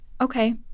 okay